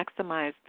maximized